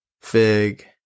Fig